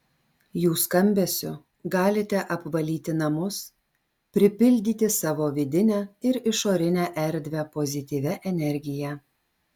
jų skambesiu galite apvalyti namus pripildyti savo vidinę ir išorinę erdvę pozityvia energija